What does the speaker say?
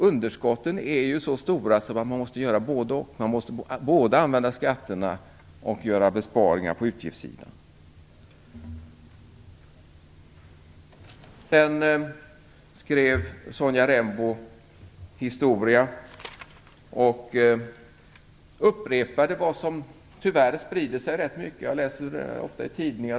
Underskotten är så stora att man både måste använda skatterna och göra besparingar på utgiftssidan. Sedan skrev Sonja Rembo historia och upprepade vad som tyvärr sprider sig rätt mycket. Jag läser det ofta i tidningar.